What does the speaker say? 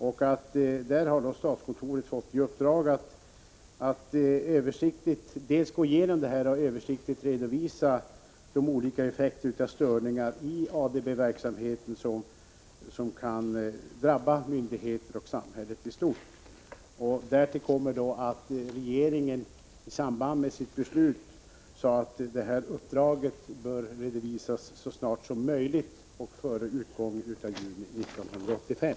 Och statskontoret har alltså fått i uppdrag att dels gå igenom dataverksamheten, dels översiktligt redovisa de olika effekter av störningar i ADB-verksamhe ten som kan drabba myndigheter och samhället i stort. Därtill kommer att regeringen i samband med beslutet om denna genomgång uttalade att uppdraget bör redovisas så snart som möjligt och före utgången av juni 1985.